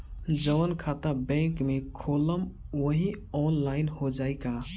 जवन खाता बैंक में खोलम वही आनलाइन हो जाई का?